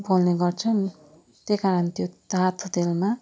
पोल्ने गर्छन् त्यही कारण त्यो तातो तेलमा